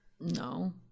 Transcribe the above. No